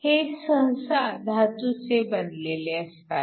हे सहसा धातूचे बनलेले असतात